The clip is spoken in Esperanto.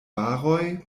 baroj